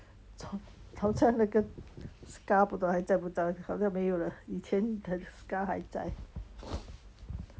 找出来那个 scar 不懂还在不在好像没有了以前 the scar 还在